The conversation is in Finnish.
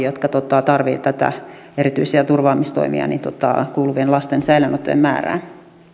jotka tarvitsevat erityisiä turvaamistoimia säilöönottojen määrää